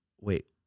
wait